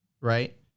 right